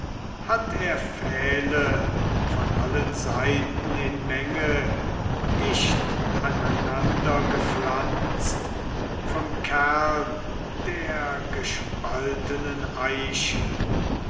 hatt er pfähle von allen seiten in menge dicht aneinander gepflanzt vom kern der gespaltenen eiche